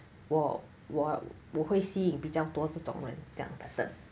我我会吸引比较多这种人这样的 pattern